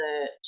search